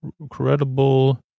incredible